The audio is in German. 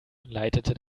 leitete